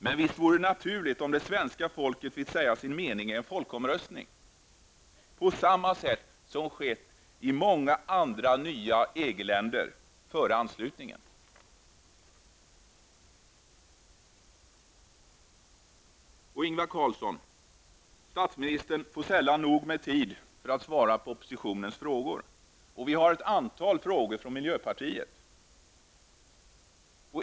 Men visst vore det naturligt om svenska folket fick säga sin mening i en folkomröstning på samma sätt som skett i många andra nya EG-länder före anslutningen. Statsministern får sällan tillräckligt med tid för att svara på oppositionens frågor. Vi har ett antal frågor från miljöpartiet.